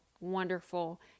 wonderful